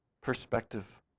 perspective